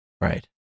Right